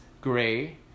gray